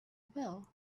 will